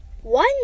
One